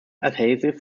adhesive